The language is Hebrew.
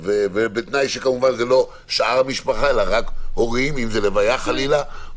ובתנאי שכמובן זה לא שאר המשפחה אלא רק הורים אם זה לוויה חלילה.